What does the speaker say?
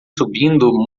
subindo